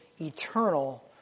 eternal